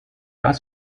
cas